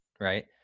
right